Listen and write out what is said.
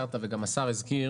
הזכרת וגם השר הזכיר